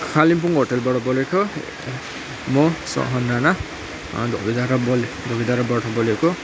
कालेम्पोङ होटेलबाट बोलेको म सहन नाना धोबी धारा बोले धोबी धाराबाट बोलेको